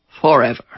forever